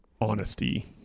honesty